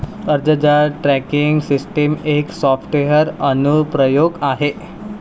अर्जदार tracking system एक software अनुप्रयोग आहे